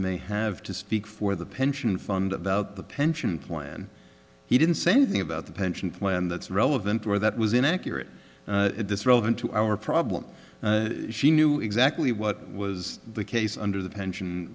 may have to speak for the pension fund about the pension plan he didn't say anything about the pension plan that's relevant or that was inaccurate this relevant to our problem she knew exactly what was the case under the pension